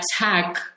attack